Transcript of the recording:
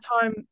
time